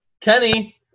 kenny